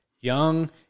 young